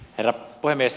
herra puhemies